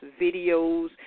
videos